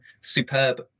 Superb